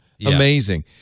Amazing